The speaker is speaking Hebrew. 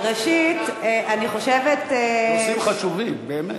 ראשית, אני חושבת, נושאים חשובים, באמת.